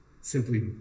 simply